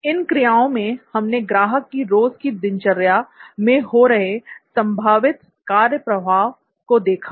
इन क्रियाओं में हमने ग्राहक की रोज की दिनचर्या में हो रहे संभावित कार्य प्रवाह को देखा